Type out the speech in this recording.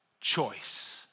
choice